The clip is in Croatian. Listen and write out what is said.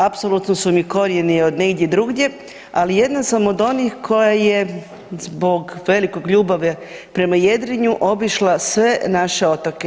Apsolutno su mi korijeni od negdje drugdje, ali jedna sam od onih koja je zbog velike ljubavi prema jedrenju obišla sve naše otoke.